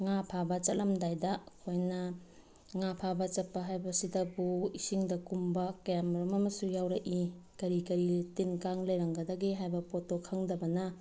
ꯉꯥ ꯐꯥꯕ ꯆꯠꯂꯝꯗꯥꯏꯗ ꯑꯩꯈꯣꯏꯅ ꯉꯥ ꯐꯥꯕ ꯆꯠꯄ ꯍꯥꯏꯕꯁꯤꯗꯕꯨ ꯏꯁꯤꯡꯗ ꯀꯨꯝꯕ ꯀꯌꯥꯃꯔꯣꯝ ꯑꯃꯁꯨ ꯌꯥꯎꯔꯛꯏ ꯀꯔꯤ ꯀꯔꯤ ꯇꯤꯟ ꯀꯥꯡ ꯂꯩꯔꯝꯒꯗꯒꯦ ꯍꯥꯏꯕ ꯄꯣꯠꯇꯣ ꯈꯪꯗꯕꯅ